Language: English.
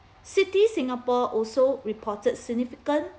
city singapore also reported significant